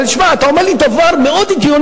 הוא אומר: תשמע, אתה אומר לי דבר מאוד הגיוני.